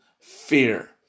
fear